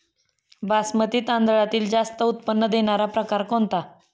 बासमती तांदळातील जास्त उत्पन्न देणारा प्रकार कोणता?